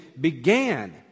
began